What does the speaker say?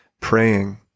praying